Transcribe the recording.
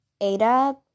Ada